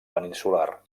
peninsular